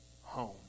home